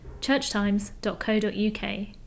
churchtimes.co.uk